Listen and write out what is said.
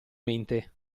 mente